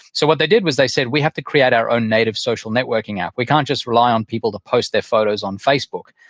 so what they did was they said, we have to create our own native social networking app. we can't just reply rely on people to post their photos on facebook.